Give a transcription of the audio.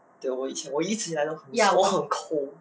对我以前一直以来我很省我很抠